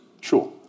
Sure